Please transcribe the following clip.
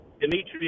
Demetrius